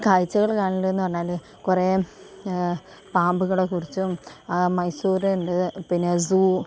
കാഴ്ചകൾ കാണല് എന്ന് പറഞ്ഞാല് കുറെ പാമ്പുകളെ കുറിച്ചും മൈസൂർ ഉണ്ട് പിന്നെ സൂ